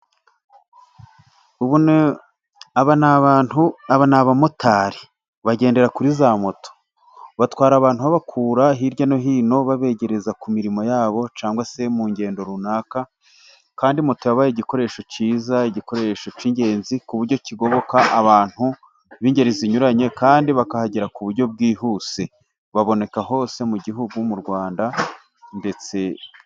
Aba ni abamotari bagendera kuri za moto, batwara abantu babakura hirya no hino babegereza ku mirimo yabo cyangwa se mu ngendo runaka, kandi moto yabaye igikoresho cyiza igikoresho cy'ingenzi ku buryo kigoboka abantu b'ingeri zinyuranye, kandi bakahagera ku buryo bwihuse, baboneka hose mu gihugu mu rwanda ndetse.